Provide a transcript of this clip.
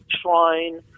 shrine